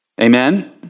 Amen